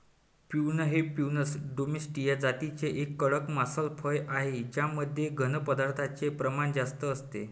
prune हे Prunus domestica जातीचे एक कडक मांसल फळ आहे ज्यामध्ये घन पदार्थांचे प्रमाण जास्त असते